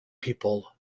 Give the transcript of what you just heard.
people